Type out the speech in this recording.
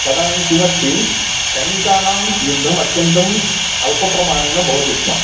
तदानीं किमस्ति सैनिकानां युद्धमत्यन्तं अल्पप्रमाणेन भवति स्म